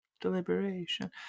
deliberation